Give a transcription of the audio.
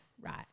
right